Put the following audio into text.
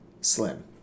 slim